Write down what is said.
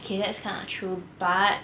okay that's kind of true but